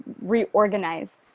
reorganize